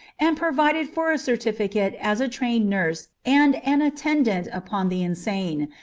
and provided for a certificate as a trained nurse and an attendant upon the insane,